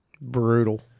Brutal